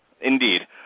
Indeed